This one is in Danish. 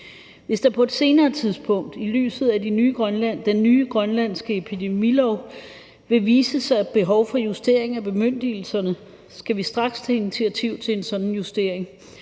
Hvis der på et senere tidspunkt – i lyset af den nye grønlandske epidemilov – vil vise sig et behov for justeringer af bemyndigelserne, skal vi straks tage initiativ til en sådan justering,